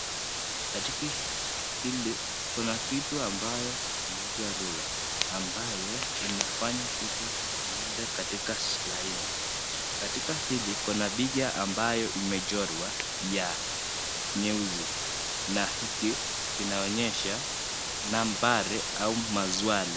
Katika hili kuna kitu ambayo inaitwa rula ambaye inafanya kitu iende katika laini, katika hili kuna picha ambayo imechorwa ya nyeusi na hiki kinaonyesha nambari au maswali.